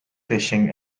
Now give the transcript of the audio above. fishing